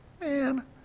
Man